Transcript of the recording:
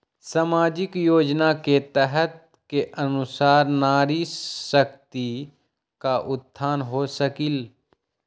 सामाजिक योजना के तहत के अनुशार नारी शकति का उत्थान हो सकील?